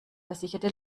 versicherte